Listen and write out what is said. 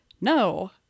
no